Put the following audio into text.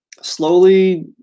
slowly